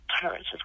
parents